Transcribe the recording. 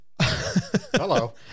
hello